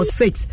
six